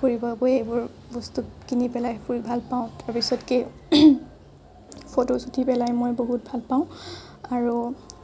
ফুৰিবৰ বাবে এইবোৰ বস্তু কিনি পেলাই ফুৰি ভাল পাওঁ তাৰপিছতকে ফটোজ উঠি পেলাই মই বহুত ভাল পাওঁ আৰু